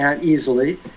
easily